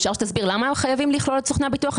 אפשר שתסביר למה חייבים לכלול את סוכני הביטוח?